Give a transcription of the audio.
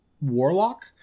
warlock